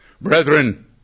brethren